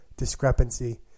discrepancy